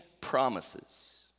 promises